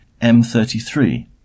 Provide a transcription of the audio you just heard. M33